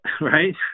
right